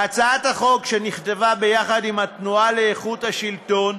בהצעת החוק, שנכתבה ביחד עם התנועה לאיכות השלטון,